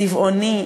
צבעוני,